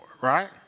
right